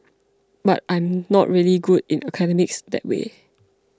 but I'm not really good in academics that way